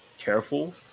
careful